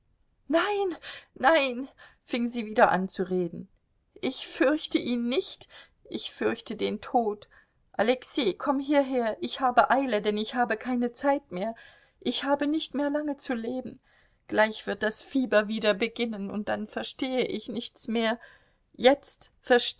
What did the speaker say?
nein nein fing sie wieder an zu reden ich fürchte ihn nicht ich fürchte den tod alexei komm hierher ich habe eile denn ich habe keine zeit mehr ich habe nicht mehr lange zu leben gleich wird das fieber wieder beginnen und dann verstehe ich nichts mehr jetzt